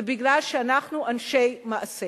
זה מפני שאנחנו אנשי מעשה